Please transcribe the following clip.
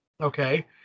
Okay